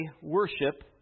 worship